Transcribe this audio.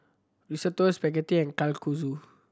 Risotto Spaghetti and Kalguksu